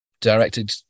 directed